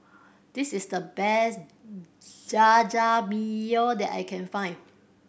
this is the best Jajangmyeon that I can find